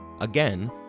Again